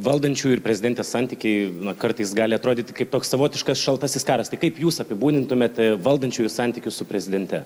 valdančiųjų ir prezidentės santykiai na kartais gali atrodyti kaip toks savotiškas šaltasis karas tai kaip jūs apibūdintumėte valdančiųjų santykius su prezidente